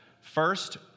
First